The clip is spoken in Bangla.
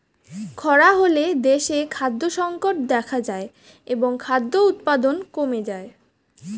খরা হলে দেশে খাদ্য সংকট দেখা যায় এবং খাদ্য উৎপাদন কমে যায়